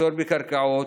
מחסור בקרקעות,